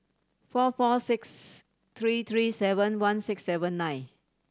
four four six three three seven one six seven nine